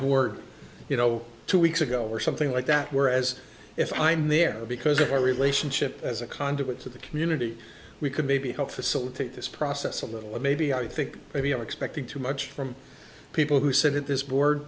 board you know two weeks ago or something like that where as if i'm there because of our relationship as a conduit to the community we could maybe help facilitate this process a little or maybe i think maybe i'm expecting too much from people who sit in this board